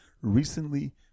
recently